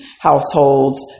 households